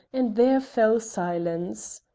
and there fell silence.